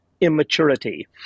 immaturity